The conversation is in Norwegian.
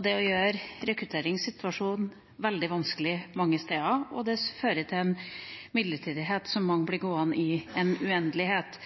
Det gjør rekrutteringssituasjonen veldig vanskelig mange steder, og det fører til at mange blir gående i midlertidighet i en uendelighet.